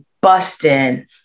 busting